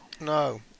No